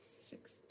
Six